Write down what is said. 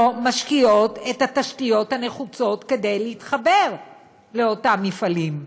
משקיעות את התשתיות הנחוצות כדי להתחבר לאותם מפעלים.